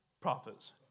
prophets